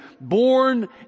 Born